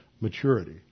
maturity